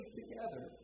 together